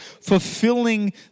fulfilling